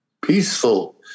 peaceful